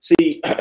See